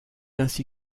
ainsi